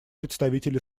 представитель